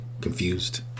confused